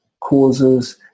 causes